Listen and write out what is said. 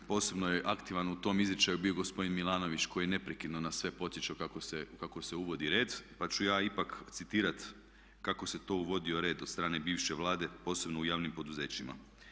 Posebno je aktivan u tom izričaju bio gospodin Milanović koji je neprekidno nas sve podsjećao kako se uvodi red pa ću ja ipak citirati kako se to uvodio red od strane bivše Vlade posebno u javnim poduzećima.